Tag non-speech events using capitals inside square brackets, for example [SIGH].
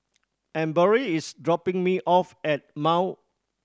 Emory is dropping me off at [UNINTELLIGIBLE]